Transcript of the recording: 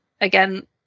again